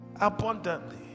abundantly